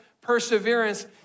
perseverance